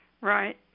Right